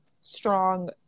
strong